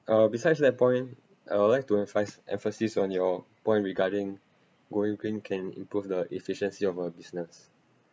uh besides that point I would like to emphas~ emphasis on your point regarding going green can improve the efficiency of a business